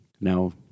Now